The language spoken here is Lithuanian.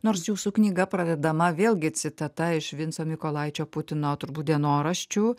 nors jūsų knyga pradedama vėlgi citata iš vinco mykolaičio putino turbūt dienoraščių